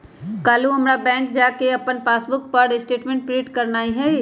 काल्हू हमरा बैंक जा कऽ अप्पन पासबुक पर स्टेटमेंट प्रिंट करेनाइ हइ